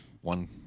One